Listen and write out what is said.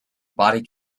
body